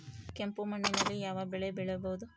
ಕೆಂಪು ಮಣ್ಣಿನಲ್ಲಿ ಯಾವ ಬೆಳೆ ಬೆಳೆಯಬಹುದು?